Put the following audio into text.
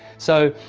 so,